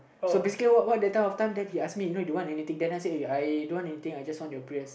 so basically what what that time of time then he ask me you know don't want anything then I say I don't want anything I just want your prayers